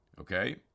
okay